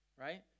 right